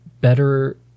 better